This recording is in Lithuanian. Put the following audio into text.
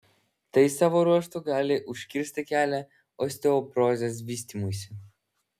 tai savo ruožtu gali užkirsti kelią osteoporozės vystymuisi